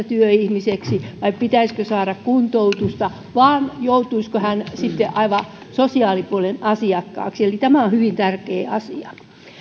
työihmiseksi vai pitäisikö saada kuntoutusta vai joutuisiko hän sitten aivan sosiaalipuolen asiakkaaksi eli tämä on hyvin tärkeä asia